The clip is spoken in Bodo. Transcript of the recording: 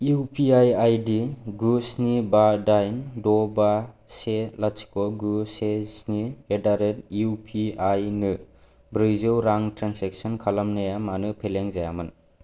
इउ पि आइ आइदि गु स्नि बा दाइन द' बा से लाथिख' गु से स्नि एडडारेट इउ पि आइ नो ब्रैजौ रां ट्रेन्जेक्सन खालामनाया मानो फेलें जायामोन